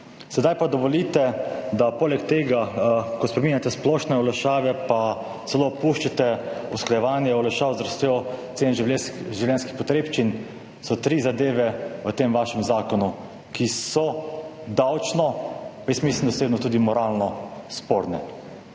Zdaj pa dovolite, poleg tega, ko spreminjate splošne olajšave, pa celo puščate usklajevanje olajšav z rastjo cen življenjski življenjskih potrebščin, so tri zadeve v tem vašem zakonu, ki so davčno, pa osebno mislim, da tudi moralno sporne.